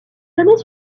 années